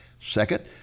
Second